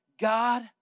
God